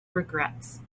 regrets